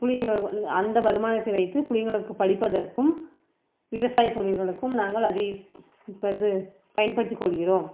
பிள்ளைங்களுக்கு வந்து அந்த வருமானத்தை வைத்து பிள்ளைங்களுக்கு படிப்பதற்கும் விவசாய தொழில்களுக்கும் நாங்கள் அதை யூஸ் வந்து பயன்படுத்திக் கொள்கிறோம்